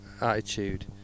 attitude